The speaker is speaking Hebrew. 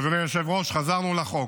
אדוני היושב-ראש, חזרנו לחוק.